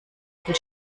viel